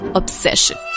obsession।